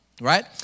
right